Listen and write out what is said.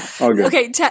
Okay